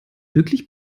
wirklich